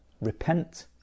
Repent